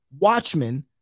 watchmen